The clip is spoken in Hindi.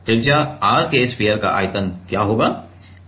त्रिज्या r के स्फीयर का आयतन क्या है